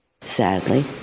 Sadly